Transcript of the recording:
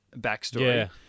backstory